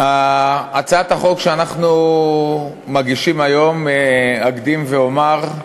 הצעת החוק שאנחנו מגישים היום, אקדים ואומר,